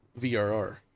VRR